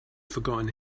forgotten